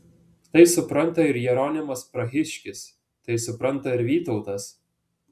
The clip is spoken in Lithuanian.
tai supranta ir jeronimas prahiškis tai supranta ir vytautas